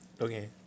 Okay